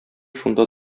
шунда